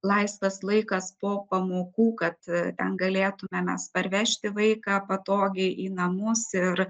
laisvas laikas po pamokų kad ten galėtume mes parvežti vaiką patogiai į namus ir